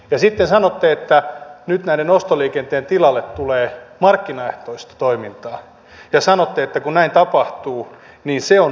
ja sitten sanotte että nyt tämän ostoliikenteen tilalle tulee markkinaehtoista toimintaa ja sanotte että kun näin tapahtuu niin se on maaseudun etu